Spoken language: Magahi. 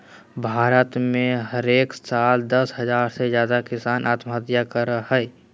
भारत में हरेक साल दस हज़ार से ज्यादे किसान आत्महत्या करय हय